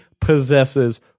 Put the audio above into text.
possesses